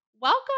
Welcome